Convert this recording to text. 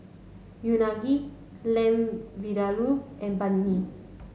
Unagi Lamb Vindaloo and Banh Mi